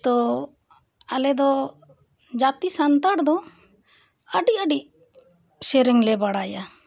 ᱛᱚ ᱟᱞᱮ ᱫᱚ ᱡᱟᱹᱛᱤ ᱥᱟᱱᱛᱟᱲ ᱫᱚ ᱟᱹᱰᱤ ᱟᱹᱰᱤ ᱥᱮᱨᱮᱧ ᱞᱮ ᱵᱟᱲᱟᱭᱟ